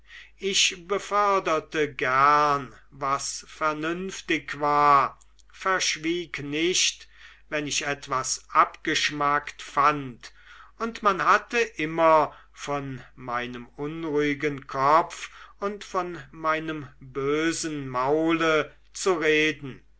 ich beförderte gern was vernünftig war verschwieg nicht wenn ich etwas abgeschmackt fand und man hatte immer von meinem unruhigen kopf und von meinem bösen maule zu reden